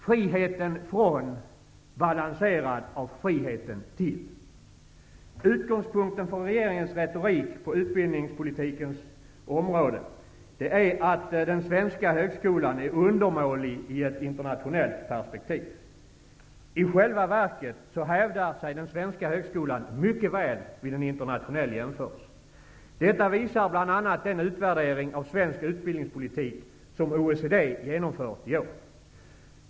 Friheten från -- balanserad av friheten till! Utgångspunkten för regeringens retorik på utbildningspolitikens område är att den svenska högskolan är undermålig i ett internationellt perspektiv. I själva verket hävdar sig den svenska högskolan mycket väl vid internationell jämförelse. Detta visar bl.a. den utvärdering av svensk utbildningspolitik som OECD genomfört i år.